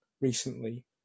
recently